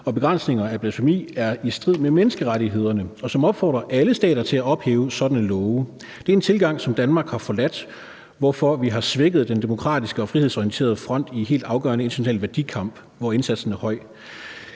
og begrænsninger af blasfemi er i strid med menneskerettighederne, og som opfordrer alle stater til at ophæve sådanne love. Det er en tilgang, som Danmark har forladt, hvorfor vi har svækket den demokratiske og frihedsorienterede front i en helt afgørende international værdikamp, hvor indsatsen er høj.